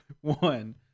one